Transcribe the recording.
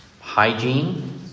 hygiene